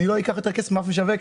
שאני לא אקח יותר כסף מאף משווק,